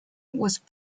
was